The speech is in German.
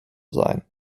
sein